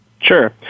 Sure